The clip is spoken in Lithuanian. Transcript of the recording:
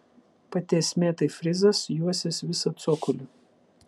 pati esmė tai frizas juosęs visą cokolį